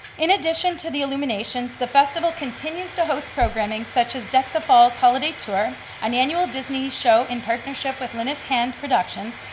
in addition to the illuminations, the festival continues to host programming such as deck the falls holiday tour, an annual disney show in partnership with linus hand productions,